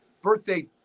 birthday